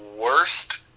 worst